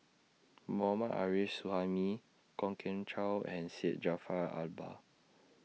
Mohammad Arif Suhaimi Kwok Kian Chow and Syed Jaafar Albar